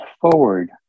forward